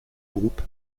groupe